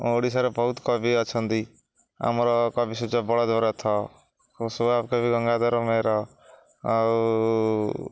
ଓଡ଼ିଶାରେ ବହୁତ କବି ଅଛନ୍ତି ଆମର କବି ସୂର୍ଯ୍ୟ ବଳଦେବ ରଥ ସ୍ୱଭାବ କବି ଗଙ୍ଗାଧର ମେହେର ଆଉ